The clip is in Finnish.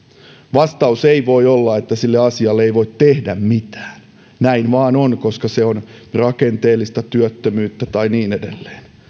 vastaus ei voi olla että sille asialle ei voi tehdä mitään näin vain on koska se on rakenteellista työttömyyttä tai niin edelleen